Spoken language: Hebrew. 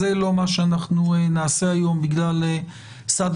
זה לא מה שאנחנו נעשה היום בשל אילוצים של סעד